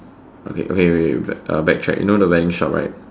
okay okay wait wait wait back uh backtrack you know the wedding shop right